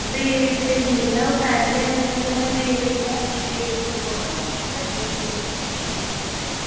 rate ते ठीक ऐ ओह् पैह्लें ते रेट केह् ऐ रेट दिक्खना पौंदे ना बुकिंग करनी होंदी